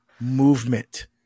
movement